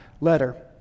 letter